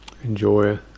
Enjoy